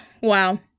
Wow